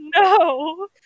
no